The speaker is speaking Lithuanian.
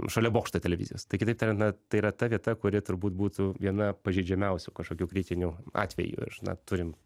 šalia bokšto televizijos tai kitaip tariant na tai yra ta vieta kuri turbūt būtų viena pažeidžiamiausių kažkokiu kritiniu atveju ir na turim